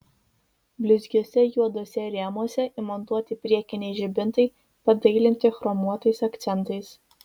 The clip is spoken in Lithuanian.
blizgiuose juoduose rėmuose įmontuoti priekiniai žibintai padailinti chromuotais akcentais